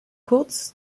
kurz